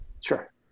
Sure